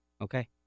okay